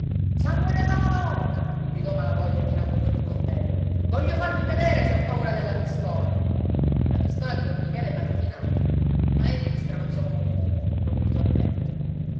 sangue della madonna gridò malavoglia tirando fuori il coltello voglio farvi vedere se ho paura della pistola la pistola di don michele partì in aria ma egli stramazzò come un bue colpito al petto